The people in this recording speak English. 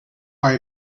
are